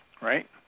Right